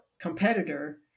competitor